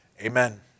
Amen